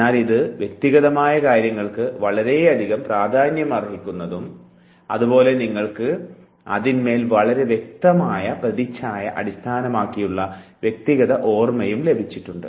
എന്നാൽ ഇത് വ്യക്തിഗതമായ കാര്യങ്ങൾക്ക് വളരെയധികം പ്രാധാന്യമർഹിക്കുന്നതും അതുപോലെ നിങ്ങൾക്ക് അതിൻറെ വളരെ വ്യക്തമായ പ്രതിച്ഛായ അടിസ്ഥാനമാക്കിയുള്ള വ്യക്തിഗത ഓർമ്മയും ലഭിച്ചിട്ടുണ്ട്